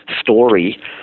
story